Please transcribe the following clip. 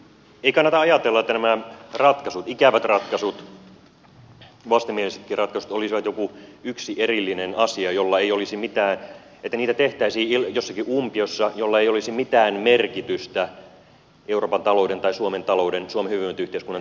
ei kannata ajatella että nämä ratkaisut ikävät ratkaisut vastenmielisetkin ratkaisut olisivat jokin yksi erillinen asia että niitä tehtäisiin jossakin umpiossa tai niillä ei olisi mitään merkitystä euroopan talouden tai suomen talouden ja suomen hyvinvointiyhteiskunnan tulevaisuudelle